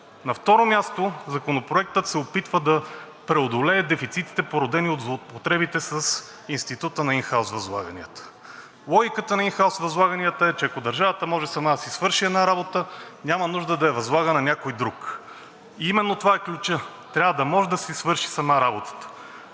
На второ място, Законопроектът се опитва да преодолее дефицитите, породени от злоупотребите с института на ин хаус възлаганията. Логиката на ин хаус възлаганията е, че ако държавата може сама да си свърши една работа, няма нужда да я възлага на някой друг. Именно това е ключът – трябва да може да си свърши сама работата.